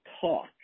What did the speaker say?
Talk